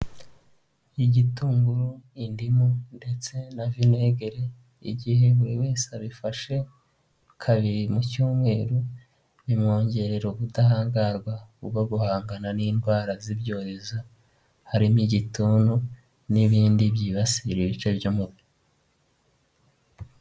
Igitunguru, indimu ndetse na vinegere. Igihe buri wese abifashe kabiri mu cyumweru bimwongerera ubudahangarwa bwo guhangana n'indwara z'ibyorezo, harimo igitunu n'ibindi byibasira ibice byo umubiri.